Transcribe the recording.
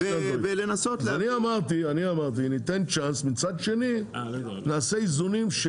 אז אני אמרתי ניתן צ'אנס ומצד שני נעשה איזונים.